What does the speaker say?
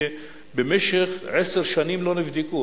שבמשך עשר שנים לא נבדקו.